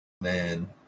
Man